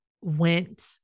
went